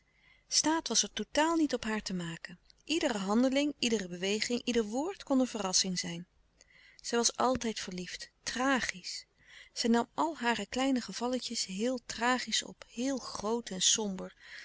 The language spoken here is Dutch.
staat was er totaal niet op haar te maken iedere handeling iedere beweging ieder woord kon een verrassing zijn zij was altijd verliefd tragisch zij nam al hare kleine gevallentjes heel tragisch op heel groot en somber